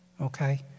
okay